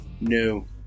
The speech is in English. no